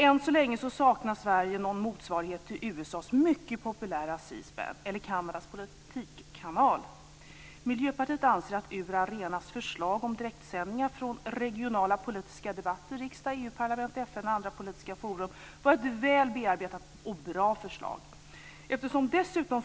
Än så länge saknar Sverige någon motsvarighet till USA:s mycket populära C-SPAN eller Kanadas politikkanal. Miljöpartiet anser att UR-Arenas förslag om direktsändningar från regionala politiska debatter i riksdag, EU-parlament, FN och andra politiska forum var ett väl bearbetat och bra förslag. Herr talman!